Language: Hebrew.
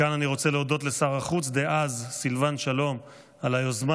מכאן אני רוצה להודות לשר החוץ דאז סילבן שלום על היוזמה